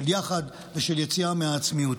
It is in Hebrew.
של יחד ושל יציאה מהעצמיות.